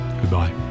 Goodbye